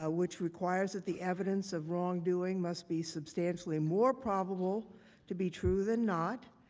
ah which requires that the evidence of wrongdoing must be substantially more probable to be true than not,